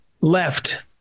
left